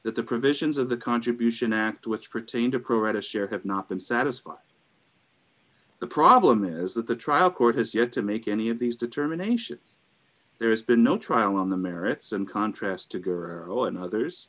that the provisions of the contribution act which pertain to pro rata share have not been satisfied the problem is that the trial court has yet to make any of these determinations there has been no trial on the merits in contrast to guerrero and others